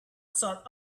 sort